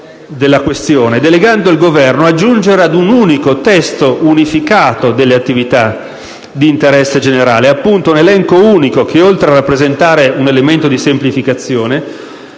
della questione, delegando il Governo a giungere ad un unico testo unificato delle attività di interesse generale, appunto un elenco unico che, oltre a rappresentare un elemento di semplificazione,